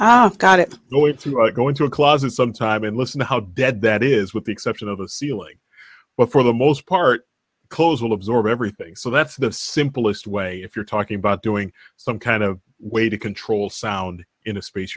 i've got it going to go into a closet sometime and listen to how dead that is with the exception of the ceiling but for the most part kozel absorb everything so that's the simplest way if you're talking about doing some kind of way to control sound in